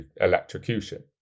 electrocution